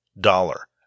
dollar